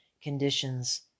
conditions